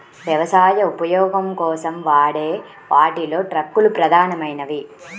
వ్యవసాయ ఉపయోగం కోసం వాడే వాటిలో ట్రక్కులు ప్రధానమైనవి